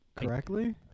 correctly